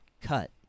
cut